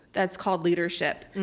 that's called leadership. and